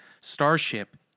Starship